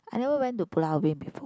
I never went to Pulau-Ubin before